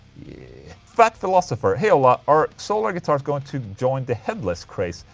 yeah fatt philosopher hey ola, are solar guitars going to join the headless craze?